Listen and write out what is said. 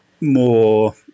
more